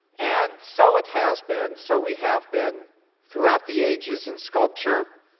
and so it has been, so we have been throughout the ages in sculpture,